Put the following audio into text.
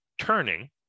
turning